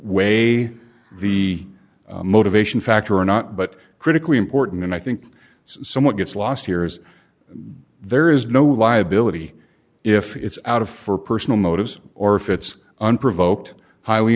weigh the motivation factor or not but critically important and i think somewhat gets lost here is there is no liability if it's out of for personal motives or if it's unprovoked highly